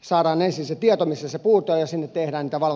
saadaan ensin se tieto missä se puute on ja sinne tehdään niitä valvontakäyntejä